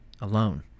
alone